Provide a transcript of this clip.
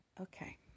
okay